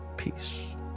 peace